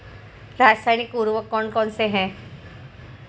रासायनिक उर्वरक कौन कौनसे हैं?